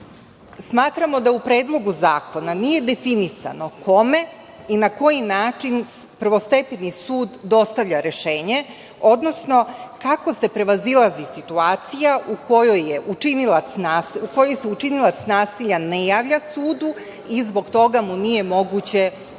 Smatramo da u Predlogu zakona nije definisano kome i na koji način prvostepeni sud dostavlja rešenje, odnosno kako se prevazilazi situacija u kojoj se učinilac nasilja ne javlja sudu i zbog toga mu nije moguće uručiti